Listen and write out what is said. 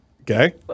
Okay